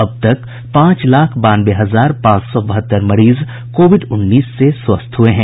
अब तक पांच लाख बानवे हजार पांच सौ बहत्तर मरीज कोविड उन्नीस से स्वस्थ हए हैं